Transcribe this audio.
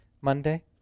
Monday